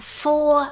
four